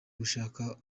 gushaka